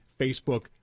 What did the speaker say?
Facebook